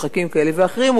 משחקים כאלה ואחרים,